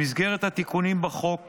במסגרת התיקונים בחוק